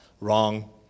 Wrong